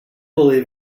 believe